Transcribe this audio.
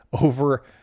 over